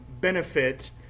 benefit